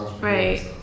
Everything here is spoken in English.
right